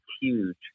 huge